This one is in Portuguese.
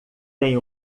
tem